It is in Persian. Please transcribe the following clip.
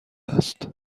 است